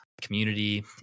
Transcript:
community